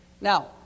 now